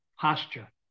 posture